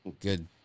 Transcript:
good